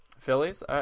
Phillies